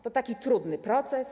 To taki trudny proces?